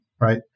right